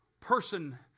person